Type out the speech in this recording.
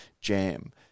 jam